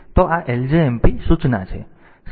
તો આ ljmp સૂચના છે